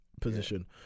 position